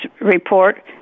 report